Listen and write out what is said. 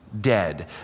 dead